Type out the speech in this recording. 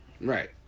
Right